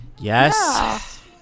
yes